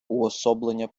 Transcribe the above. уособлення